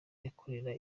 yikorera